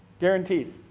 Guaranteed